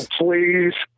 please